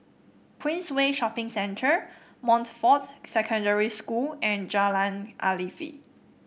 Queensway Shopping Centre Montfort Secondary School and Jalan Afifi